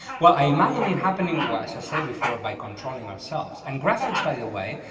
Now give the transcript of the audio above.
well, i imagine it happening where, as i said before, by controlling ourselves. and graphics by the way,